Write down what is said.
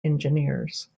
engineers